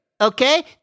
okay